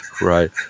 Right